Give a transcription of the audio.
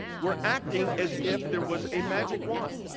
we are acting as if there was a magic wand,